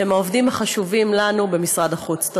שהם עובדים חשובים לנו במשרד החוץ.